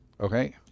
Okay